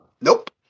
Nope